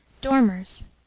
Dormers